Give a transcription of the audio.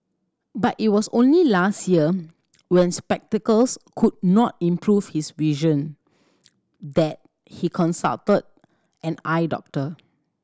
but it was only last year when spectacles could not improve his vision that he consulted an eye doctor